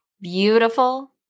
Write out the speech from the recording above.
beautiful